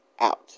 out